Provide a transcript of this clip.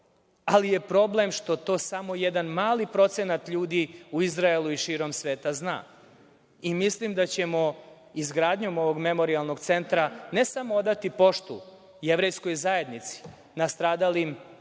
ali je problem što to samo jedan mali procenat ljudi u Izraelu i širom sveta zna i mislim da ćemo izgradnjom ovog Memorijalnog centra ne samo odati poštu jevrejskoj zajednici, nastradalim